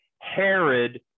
Herod